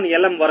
Lm వరకు